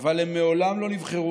אבל הם מעולם לא נבחרו,